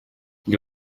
для